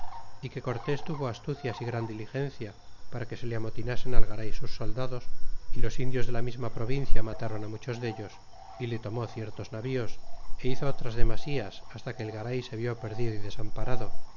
y que cortés tuvo astucias y gran diligencia para que se le amotinasen al garay sus soldados y los indios de la misma provincia matron muchos dellos y le tomó ciertos navíos e hizo otras demasias hasta que el garay se vió perdido y desamparado